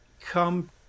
come